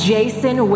Jason